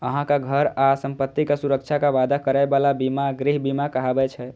अहांक घर आ संपत्तिक सुरक्षाक वादा करै बला बीमा गृह बीमा कहाबै छै